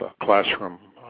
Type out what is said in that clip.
classroom